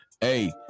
Hey